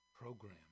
program